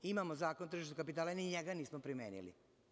Imamo Zakon o tržištu kapitala, ni njega nismo primenili.